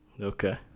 Okay